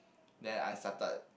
then I started